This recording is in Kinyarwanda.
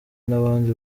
n’abandi